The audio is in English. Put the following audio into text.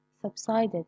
subsided